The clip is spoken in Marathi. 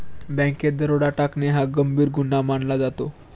बँकेत दरोडा टाकणे हा गंभीर गुन्हा मानला जातो